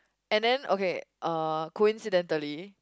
and then okay uh coincidentally